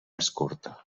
escorta